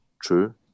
true